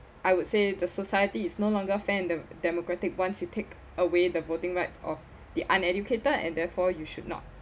I would say the society is no longer fan the democratic once you take away the voting rights of the uneducated and therefore you should not